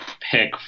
pick